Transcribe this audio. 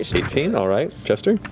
eighteen, all right. jester?